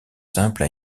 simple